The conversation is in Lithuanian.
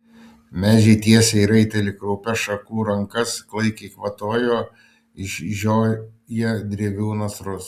medžiai tiesė į raitelį kraupias šakų rankas klaikiai kvatojo išžioję drevių nasrus